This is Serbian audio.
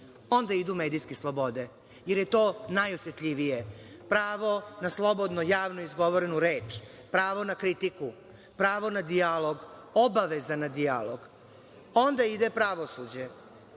onda idu medijske slobode, jer je to najosetljivije, pravo na slobodno javno izgovorenu reč, pravo na kritiku, pravo na dijalog, obaveza na dijalog, onda ide pravosuđe